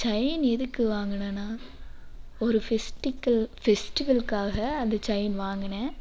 chain எதுக்கு வாங்குனேன்னா ஒரு ஃபெஸ்டிவலுக்காக அந்த செயின் வாங்கினேன்